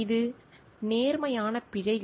இது நேர்மையான பிழைகள்